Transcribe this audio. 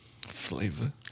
flavor